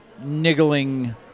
niggling